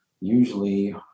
usually